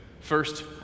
First